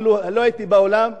אפילו לא הייתי באולם,